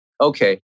okay